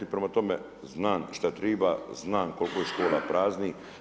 I prema tome, znam šta triba, znam koliko je škola praznih.